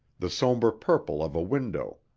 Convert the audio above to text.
the sombre purple of a window,